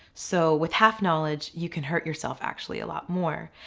so with half knowledge you can hurt yourself actually a lot more.